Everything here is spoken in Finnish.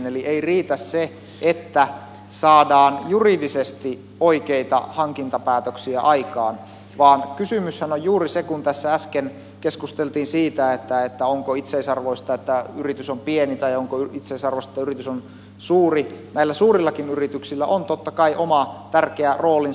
eli ei riitä se että saadaan juridisesti oikeita hankintapäätöksiä aikaan vaan kysymys on juuri se kun tässä äsken keskusteltiin siitä onko itseisarvoista että yritys on pieni tai onko itseisarvo se että yritys on suuri niin näillä suurillakin yrityksillä on totta kai oma tärkeä roolinsa